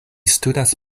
studas